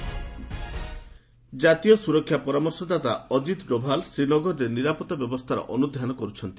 NSA JK ଜାତୀୟ ସୁରକ୍ଷା ପରାମର୍ଶଦାତା ଅଜିତ ଡୋଭାଲ୍ ଶ୍ରୀନଗରରେ ନିରାପତ୍ତା ବ୍ୟବସ୍ଥାର ଅନୁଧ୍ୟାନ କରୁଛନ୍ତି